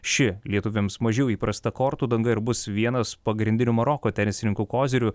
ši lietuviams mažiau įprasta kortų danga ir bus vienas pagrindinių maroko tenisininkų koziriu